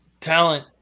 talent